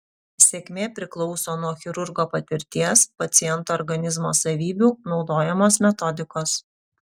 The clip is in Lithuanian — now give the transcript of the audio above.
sėkmė priklauso nuo chirurgo patirties paciento organizmo savybių naudojamos metodikos